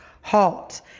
halt